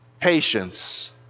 patience